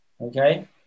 okay